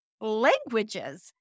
languages